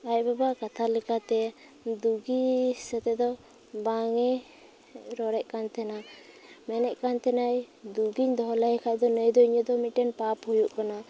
ᱟᱡ ᱵᱟᱵᱟᱣᱟᱜ ᱠᱟᱛᱷᱟ ᱞᱮᱠᱟᱛᱜᱮ ᱫᱩᱜᱤ ᱥᱟᱛᱮᱜ ᱫᱚ ᱵᱟᱝᱼᱮ ᱨᱚᱲᱮᱫ ᱠᱟᱱ ᱛᱟᱦᱮᱱᱟ ᱢᱮᱱᱮᱫ ᱠᱟᱱ ᱛᱟᱦᱮᱱᱟᱭ ᱫᱩᱜᱤᱧ ᱫᱚᱦᱚᱞᱟᱭ ᱠᱷᱟᱱ ᱫᱚ ᱱᱚᱣᱟ ᱫᱚ ᱤᱧᱟᱹᱜ ᱢᱤᱫᱴᱟᱱ ᱯᱟᱯ ᱦᱩᱭᱩᱜ ᱠᱟᱱᱟ